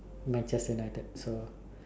Manchester United so